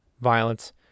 violence